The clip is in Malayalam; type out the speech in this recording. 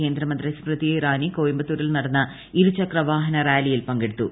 കേന്ദ്രമന്ത്രി സ്മൃതി ഇറാനി കോയമ്പത്തൂരിൽ നടന്ന ഇരുചക്ര വാഹന റാലിയിൽ പങ്കെടുത്തു